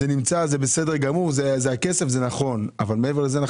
זה בסדר גמור אבל מעבר לזה,